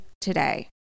today